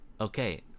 Okay